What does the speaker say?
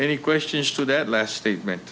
any question as to that last statement